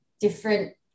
different